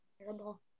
Terrible